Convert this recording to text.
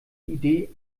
idee